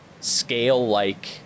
scale-like